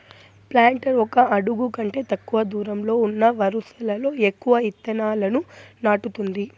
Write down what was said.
planter ఒక అడుగు కంటే తక్కువ దూరంలో ఉన్న వరుసలలో ఎక్కువ ఇత్తనాలను నాటుతుంది